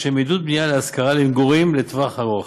לעידוד בנייה להשכרה למגורים לטווח ארוך.